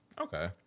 Okay